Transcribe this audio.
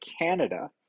Canada